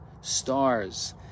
stars